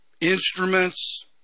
instruments